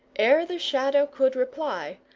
ere the shadow could reply,